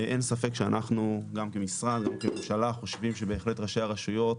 אין ספק שאנחנו גם כמשרד וגם הממשלה חושבים שראשי הרשויות